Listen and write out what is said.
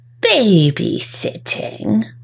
babysitting